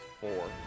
four